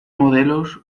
modelos